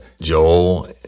Joel